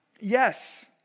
Yes